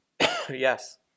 yes